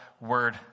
word